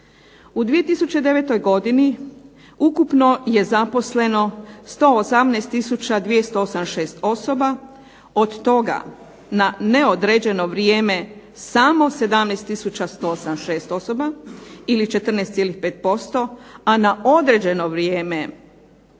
U 2009. godini ukupno je zaposleno 118 tisuća 286 osoba, od toga na neodređeno vrijeme samo 17 tisuća 186 osoba, ili 14,5% a na određeno vrijeme